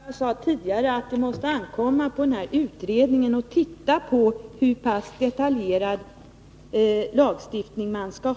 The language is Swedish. Herr talman! Jag upprepar vad jag sade tidigare, nämligen att det måste ankomma på utredningen att undersöka hur pass detaljerad lagstiftningen skall